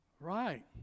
Right